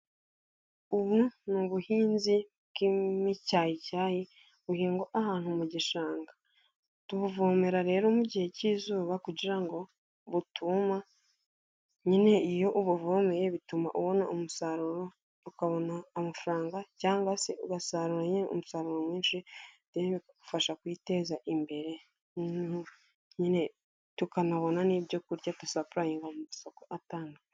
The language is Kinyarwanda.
ubu ni ubuhinzi b'wimicyayicyayi, buhingwa ahantu mu gishanga. Tubuvomerera rero mu gihe cy'izuba, kugira ngo butuma. Nyine iyo ubuvomereye bituma ubona umusaruro, ukabona amafaranga, cyangwa se ugasarura nyine umusaruro mwinshi ndetse bigufasha kwiteza imbere nyine tukanabona n'ibyokurya dusapulayinga mu masoko atandukanye.